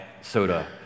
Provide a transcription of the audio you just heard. soda